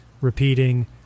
repeating